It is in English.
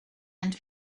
and